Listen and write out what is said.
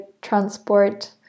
transport